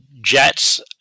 Jets